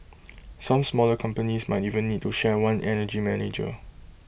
some smaller companies might even need to share one energy manager